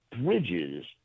Bridges –